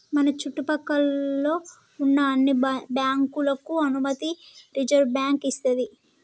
మన చుట్టు పక్కల్లో ఉన్న అన్ని బ్యాంకులకు అనుమతి రిజర్వుబ్యాంకు ఇస్తది